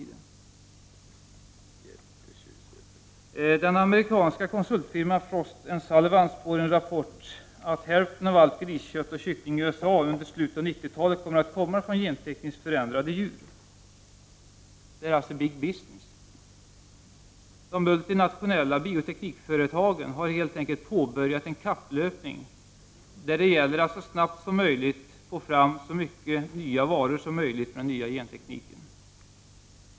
Den amerikanska konsultfirman Frost & Sullivan spår i en rapport att hälften av allt griskött och all kyckling i USA under slutet av 1990-talet kommer att komma från gentekniskt förändrade djur. Det är alltså fråga om big business. De multinationella bioteknikföretagen har helt enkelt påbörjat en kapplöpning där det gäller att så snabbt som möjligt få fram så mycket nya varor som möjligt med den nya gentekniken.